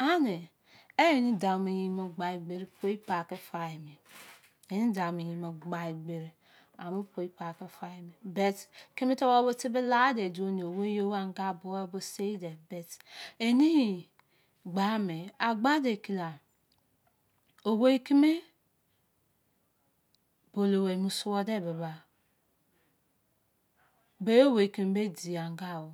a ne, eni dau mo yein mo gba egberi poi pake fa emi. eni dau mo yein mo ani poi pake fa emi. bet, keme tubor bo tebe lade dio nio, wei yo anga buluor bo sei de bet eni yein gba me, a gba! De kera, owei keme bo lou-gha mu suwor de ba, be owei kem bei diya anga-gho